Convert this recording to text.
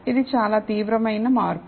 ఇది చాలా తీవ్రమైన మార్పు